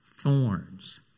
thorns